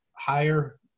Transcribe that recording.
higher